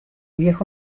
viejo